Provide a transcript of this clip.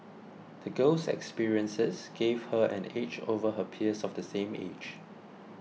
the girl's experiences gave her an edge over her peers of the same age